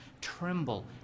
tremble